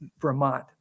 Vermont